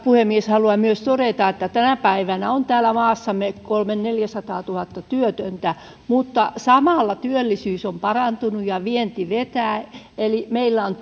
puhemies haluan myös todeta että tänä päivänä on täällä maassamme kolme neljäsataatuhatta työtöntä mutta samalla työllisyys on parantunut ja vienti vetää eli meillä on